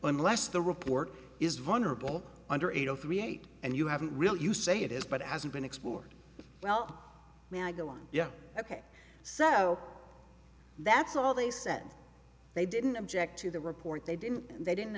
unless the report is vulnerable under eight zero three eight and you have a real you say it is but it hasn't been explored well yeah ok so that's all they said they didn't object to the report they didn't they didn't